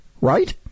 right